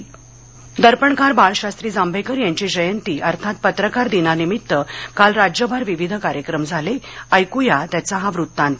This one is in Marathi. पत्रकार दिन दर्पणकार बाळशास्त्री जांभेकर यांची जयंती अर्थात पत्रकार दिनानिमित्त काल राज्यभर विविध कार्यक्रम झाले ऐक्या त्याचा हा वृतांत